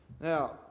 now